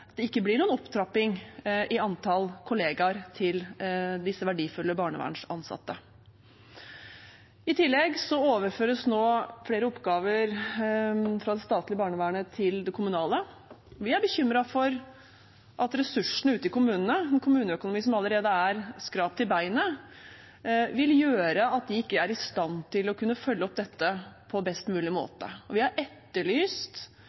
det ikke blir noen opptrapping i antall kollegaer til disse verdifulle barnevernsansatte. I tillegg overføres nå flere oppgaver fra det statlige barnevernet til det kommunale. Vi er bekymret for at ressursene ute i kommunene, med en kommuneøkonomi som allerede er skrapt til beinet, vil gjøre at de ikke er i stand til å følge opp dette på best mulig